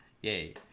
Yay